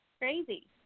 Crazy